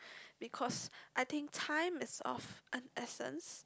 because I think time is of an essence